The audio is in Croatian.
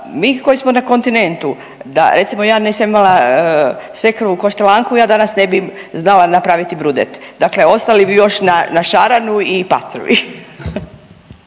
mi koji smo na kontinentu da, recimo ja da nisam imala svekrvu Kaštelanku ja danas ne bi znala napraviti brudet. Dakle, ostali bi još na, na šaranu i pastrvi.